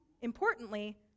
importantly